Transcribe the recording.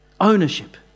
Ownership